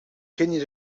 kidneys